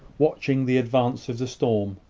watching the advance of the storm.